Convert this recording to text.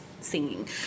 singing